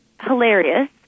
hilarious